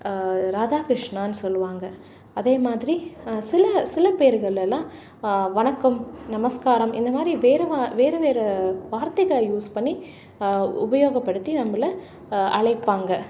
ராதா கிருஷ்ணான்னு சொல்லுவாங்க அதே மாதிரி சில சில பேர்களெல்லாம் வணக்கம் நமஸ்காரம் இந்த மாதிரி வேறு வா வேறு வேறு வார்த்தைகள் யூஸ் பண்ணி உபயோகப்படுத்தி நம்மள அழைப்பாங்க